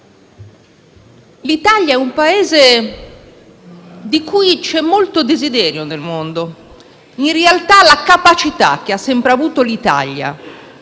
L'Italia è un Paese di cui c'è molto desiderio nel mondo; in realtà, la capacità che ha sempre avuto di